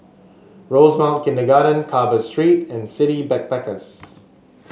Rosemount Kindergarten Carver Street and City Backpackers